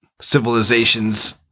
civilizations